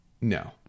No